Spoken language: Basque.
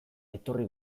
etorri